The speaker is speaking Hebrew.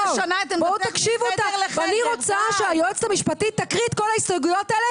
אני רוצה שהיועצת המשפטית תקריא את כל ההסתייגויות האלה